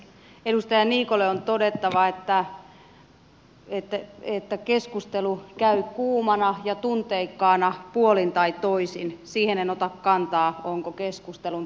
edustaja niikolle on todettava että keskustelu käy kuumana ja tunteikkaana puolin ja toisin siihen en ota kantaa onko keskustelun taso surkea